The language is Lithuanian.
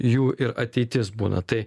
jų ir ateitis būna tai